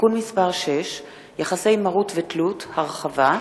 (תיקון מס' 6) (יחסי מרות ותלות, הרחבה),